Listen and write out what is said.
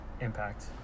impact